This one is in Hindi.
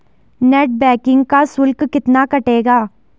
नेट बैंकिंग का शुल्क कितना कटेगा?